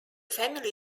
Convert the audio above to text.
family